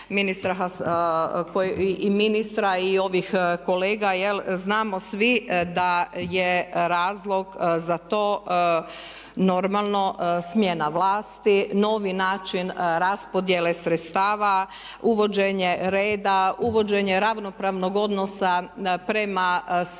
i ministra i ovih kolega. Znamo svi da je razlog za to normalno smjena vlasti, novi način raspodjele sredstava, uvođenje reda, uvođenje ravnopravnog odnosa prema svim